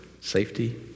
safety